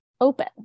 open